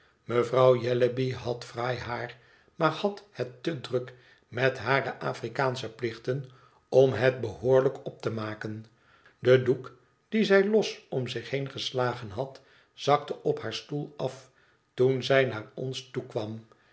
mevrouw jellyby had fraai haai maar had het te druk met hare afrikaansche plichten om het behoorlijk op te maken de doek dien zij los om zich heen geslagen had zakte op haar stoel af toen zij naar ons toekwam